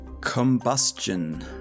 Combustion